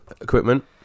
equipment